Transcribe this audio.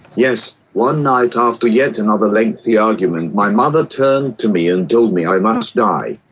yes, one night after yet another lengthy argument, my mother turned to me and told me i must die.